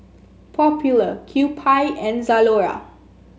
popular Kewpie and Zalora